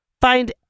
find